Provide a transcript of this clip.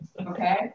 Okay